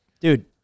Dude